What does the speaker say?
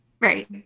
Right